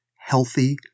healthy